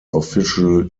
official